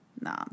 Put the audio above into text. No